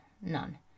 None